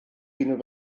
unrhyw